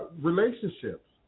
relationships